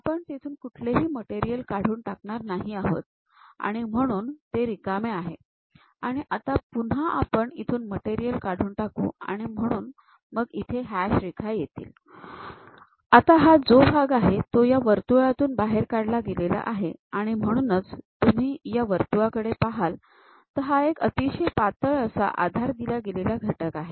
आपण तिथून कुठलेही मटेरियल काढून टाकणार नाही आहोत आणि म्हणून ते रिकामे आहे आणि आता पुन्हा आपण इथून मटेरियल काढून टाकू आणि म्हणून मग इथे हॅश रेखा येतील आता हा जो भाग आहे तो या वर्तुळातून बाहेर काढला गेलेला आहे आणि म्हणूनच तुम्ही या वर्तुळाकडे पाहाल तर हा एक अतिशय पातळ असा आधार दिला गेलेला घटक आहे